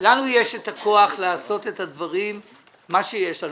לנו יש את הכוח לעשות את הדברים שיש לנו.